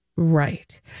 Right